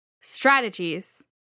strategies